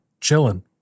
chilling